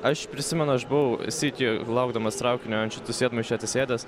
aš prisimenu aš buvau sykį laukdamas traukinio ant šitų sėdmaišių atsisėdęs